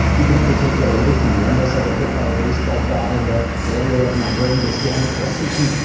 you can never take that away from me, unless i get hit by a baseball bat and that area of my brain gets damaged or something,